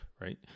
right